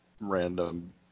random